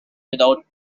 without